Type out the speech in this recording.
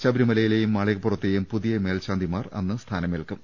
ശബരിമലയിലെയും മാളികപ്പുറത്തെയും പുതിയ മേൽശാന്തിമാർ അന്ന് സ്ഥാനമേൽക്കും